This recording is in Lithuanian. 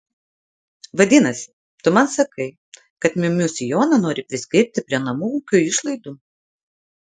vadinasi tu man sakai kad miu miu sijoną nori priskirti prie namų ūkio išlaidų